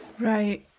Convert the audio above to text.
Right